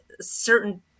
certain